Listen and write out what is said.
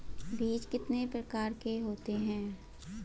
बीज कितने प्रकार के होते हैं?